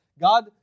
God